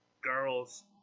girls